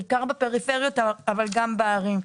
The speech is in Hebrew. בעיקר בפריפריות אבל גם בערים.